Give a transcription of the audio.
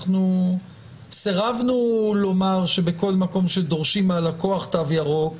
אנחנו סירבנו לומר שבכל מקום שדורשים מהלקוח תו ירוק,